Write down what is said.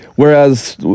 Whereas